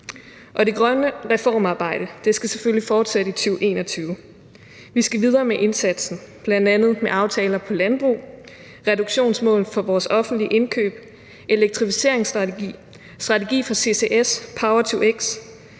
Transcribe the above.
det grønne reformarbejde skal selvfølgelig fortsætte i 2021. Vi skal videre med indsatsen, bl.a. med aftaler på landbrug, reduktionsmål for vores offentlige indkøb, elektrificeringsstrategi, strategi for CCS og power-to-x,